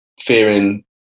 Fearing